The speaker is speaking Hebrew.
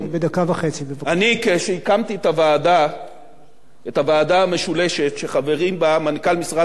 כשהקמתי את הוועדה המשולשת שחברים בה מנכ"ל משרד ראש הממשלה לוקר,